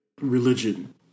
religion